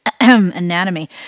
anatomy